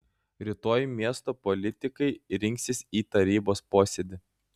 rytoj miesto politikai rinksis į tarybos posėdį